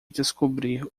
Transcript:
descobrir